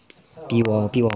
比我比我